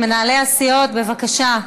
מנהלי הסיעות, בבקשה.